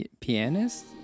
Pianist